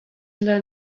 learn